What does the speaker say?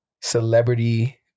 celebrity